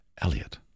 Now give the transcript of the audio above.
Elliot